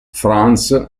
franz